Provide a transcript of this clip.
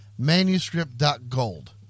Manuscript.gold